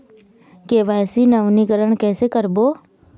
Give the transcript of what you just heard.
KYC नवीनीकरण कैसे करबो?